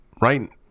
Right